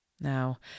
now